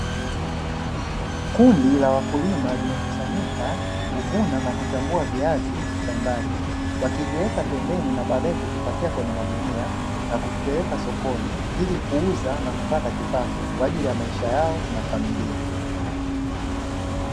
Kundi la wakulima limekusanyika kuvuna na kuchambua viazi shambani wakiviweka pembeni na baadaye kuvipakia kwenye magunia na kuvipeleka sokoni, ili kuuza na kupata kipato kwa ajili ya maisha yao na familia.